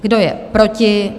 Kdo je proti?